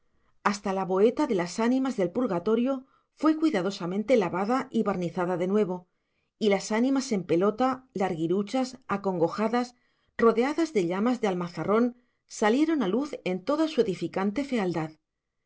hasta la boeta de las ánimas del purgatorio fue cuidadosamente lavada y barnizada de nuevo y las ánimas en pelota larguiruchas acongojadas rodeadas de llamas de almazarrón salieron a luz en toda su edificante fealdad